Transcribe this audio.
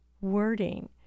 wording